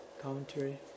Commentary